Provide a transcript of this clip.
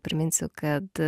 priminsiu kad